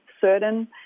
certain